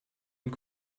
und